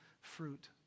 fruit